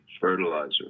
fertilizer